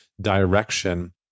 direction